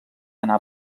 anar